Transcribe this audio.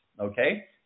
Okay